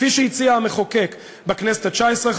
כפי שהציע המחוקק בכנסת התשע-עשרה,